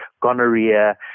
gonorrhea